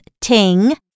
ting